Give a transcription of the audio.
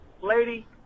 lady